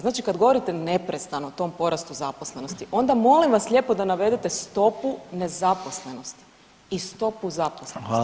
Znači kad govorite neprestano o tom porastu zaposlenosti, onda molim vas lijepo da navedete stopu nezaposlenosti i stopu zaposlenosti.